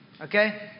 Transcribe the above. Okay